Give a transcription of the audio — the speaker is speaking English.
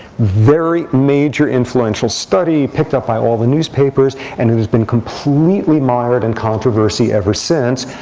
very major, influential study, picked up by all the newspapers. and it has been completely mired in controversy ever since,